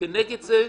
כנגד זה.